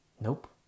Nope